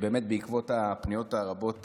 בעקבות הפניות הרבות